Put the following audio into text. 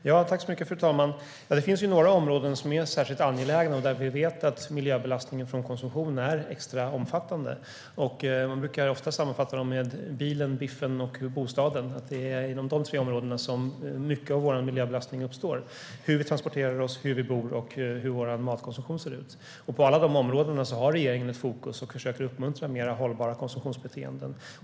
Fru talman! Det finns några områden som är särskilt angelägna där vi vet att miljöbelastningen från konsumtion är extra omfattande. Man brukar ofta sammanfatta dem med bilen, biffen och bostaden. Det är inom de tre områdena som mycket av vår miljöbelastning uppstår. Det handlar om hur vi transporterar oss, hur vi bor och hur vår matkonsumtion ser ut. På alla de områdena har regeringen ett fokus och försöker uppmuntra mer hållbara konsumtionsbeteenden.